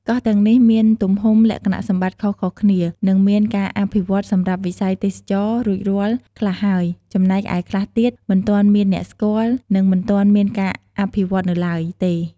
កោះទាំងនេះមានទំហំ លក្ខណៈសម្បត្តិខុសៗគ្នា និងមានការអភិវឌ្ឍន៍សម្រាប់វិស័យទេសចរណ៍រួចរាល់ខ្លះហើយ ចំណែកឯខ្លះទៀតមិនទាន់មានអ្នកស្គាល់ និងមិនទាន់មានការអភិវឌ្ឍនៅឡើយទេ។